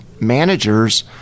managers